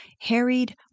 harried